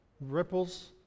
ripples